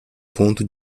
ponto